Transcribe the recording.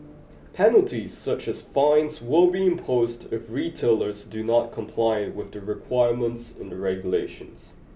penalties such as fines will be imposed if retailers do not comply with the requirements in the regulations